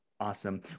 Awesome